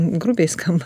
grubiai skamba